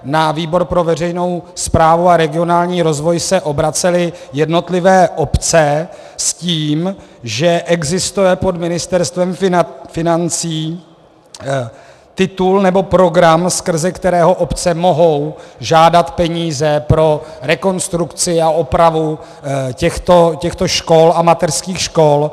Na výbor pro veřejnou správu a regionální rozvoj se obracely jednotlivé obce s tím, že existuje pod Ministerstvem financí titul nebo program, skrze který obce mohou žádat peníze pro rekonstrukci a opravu těchto škol a mateřských škol.